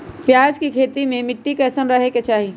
प्याज के खेती मे मिट्टी कैसन रहे के चाही?